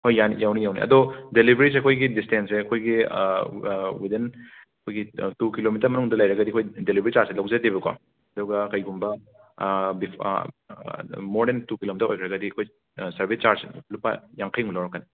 ꯍꯣꯏ ꯌꯥꯅꯤ ꯌꯧꯅꯤ ꯌꯧꯅꯤ ꯑꯗꯣ ꯗꯦꯂꯤꯕꯤꯔꯤꯁꯦ ꯑꯩꯈꯣꯏꯒꯤ ꯗꯤꯁꯇꯦꯟ꯭ꯁꯁꯦ ꯑꯩꯈꯣꯏꯒꯤ ꯋꯤꯗꯤꯟ ꯑꯩꯈꯣꯏꯒꯤ ꯇꯨ ꯀꯤꯂꯣꯃꯤꯇꯔ ꯃꯅꯨꯡꯗ ꯂꯩꯔꯒꯗꯤ ꯑꯩꯈꯣꯏ ꯗꯦꯂꯤꯕꯤꯔꯤ ꯆꯥꯔ꯭ꯖꯁꯦ ꯂꯧꯖꯗꯦꯕꯀꯣ ꯑꯗꯨꯒ ꯀꯩꯒꯨꯝꯕ ꯕꯤꯐ ꯃꯣꯔ ꯗꯦꯟ ꯇꯨ ꯀꯤꯂꯣꯃꯤꯇꯔ ꯑꯣꯏꯈ꯭ꯔꯒꯗꯤ ꯑꯩꯈꯣꯏ ꯁꯔꯕꯤꯁ ꯆꯥꯔ꯭ꯖ ꯂꯨꯄꯥ ꯌꯥꯡꯈꯩꯃꯨꯛ ꯂꯧꯔꯛꯀꯅꯤ